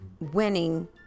winning